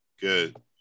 good